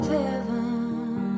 heaven